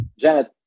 Janet